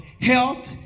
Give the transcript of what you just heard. health